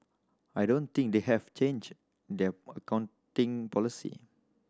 I don't think they have changed their accounting policy